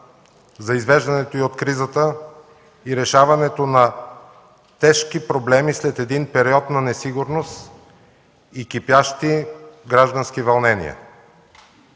за извеждането й от кризата и решаването на тежки проблеми след един период на несигурност и кипящи граждански вълнения.